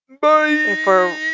Bye